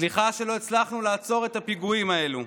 סליחה שלא הצלחנו לעצור את הפיגועים האלה.